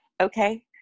okay